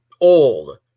old